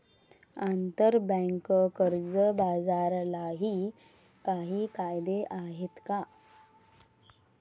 आंतरबँक कर्ज बाजारालाही काही कायदे आहेत का?